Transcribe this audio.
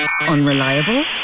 unreliable